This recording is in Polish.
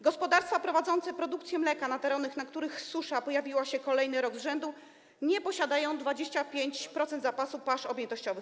Gospodarstwa prowadzące produkcję mleka na terenach, na których susza pojawiła się kolejny rok z rzędu, nie posiadają 25% zapasów pasz objętościowych.